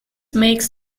makes